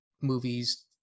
movies